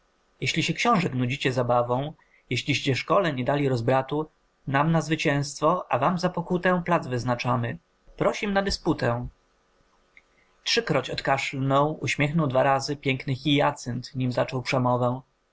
jeśli się xiążek nudzicie zabawą jeśliście szkole nie dali rozbratu nam na zwycięstwo a wam za pokutę plac wyznaczamy prosim na dysputę trzykroć odkaszlnął uśmiechnął dwa razy piękny hyacynt nim zaczął przemowę